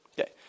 Okay